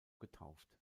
getauft